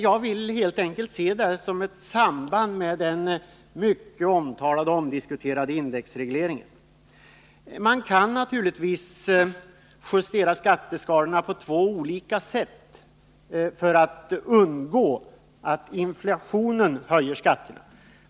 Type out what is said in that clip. Jag vill helt enkelt sätta detta i samband med den mycket omdiskuterade indexregleringen. Man kan naturligtvis justera skatteskalorna på två olika sätt för att undgå att inflationen höjer skatterna.